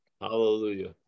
Hallelujah